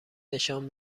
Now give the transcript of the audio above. نشان